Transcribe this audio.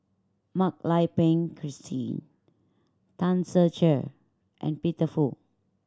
Mak Lai Peng Christine Tan Ser Cher and Peter Fu